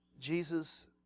Jesus